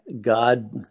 God